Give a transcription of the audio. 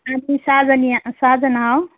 आम्ही सहाजणी आहे सहा जणं आहे